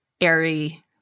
airy